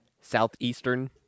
southeastern